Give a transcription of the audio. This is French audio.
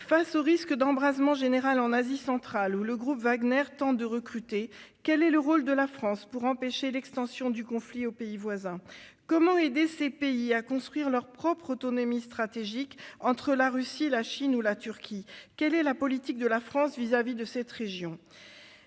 Face au risque d'embrasement général en Asie centrale, où le groupe Wagner tente de recruter, quel est le rôle de la France pour empêcher l'extension du conflit aux pays voisins ? Comment aider ces pays à construire leur propre autonomie stratégique entre la Russie, la Chine ou la Turquie ? Quelle est la politique de la France vis-à-vis de cette région ?